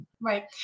Right